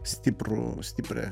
stiprų stiprią